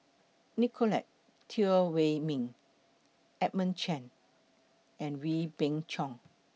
Nicolette Teo Wei Min Edmund Chen and Wee Beng Chong